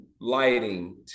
lighting